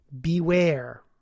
Beware